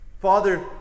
Father